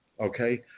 Okay